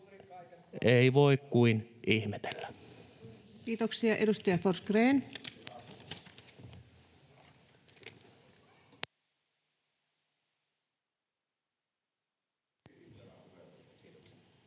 Ei voi kuin ihmetellä. Kiitoksia. — Edustaja Forsgrén. Arvoisa